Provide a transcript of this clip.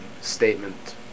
statement